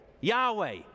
Yahweh